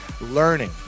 Learning